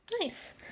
Nice